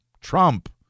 Trump